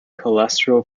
cholesterol